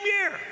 year